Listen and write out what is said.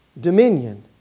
dominion